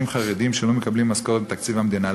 חרדים שלא מקבלים משכורת מתקציב המדינה.